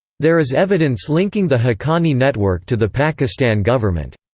there is evidence linking the haqqani network to the pakistan government.